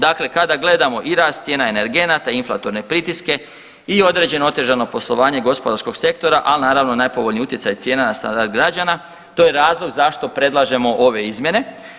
Dakle, kada gledamo i rast cijena energenata, inflatorne pritiske i određeno otežano poslovanje gospodarskog sektora, ali naravno najpovoljniji cijena na standard građana to je razlog zašto predlažemo ove izmjene.